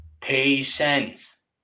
Patience